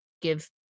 give